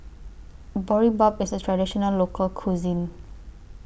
Boribap IS A Traditional Local Cuisine